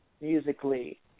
musically